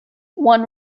one